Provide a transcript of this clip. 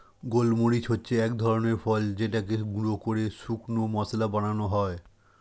গোলমরিচ হচ্ছে এক ধরনের ফল যেটাকে গুঁড়ো করে শুকনো মসলা বানানো হয়